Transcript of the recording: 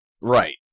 Right